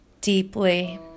deeply